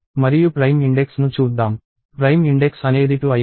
మరియు prime index ను చూద్దాం ప్రైమ్ ఇండెక్స్ అనేది 2 అయింది